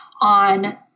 on